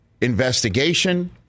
investigation